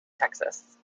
texas